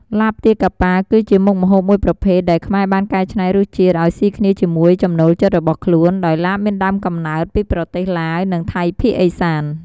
ឡាបទាកាប៉ា គឺជាមុខម្ហូបមួយប្រភេទដែលខ្មែរបានកែច្នៃរសជាតិឱ្យស៊ីគ្នាជាមួយចំណូលចិត្តរបស់ខ្លួន ដោយឡាបមានដើមកំណើតពីប្រទេសឡាវ និងថៃភាគឦសាន។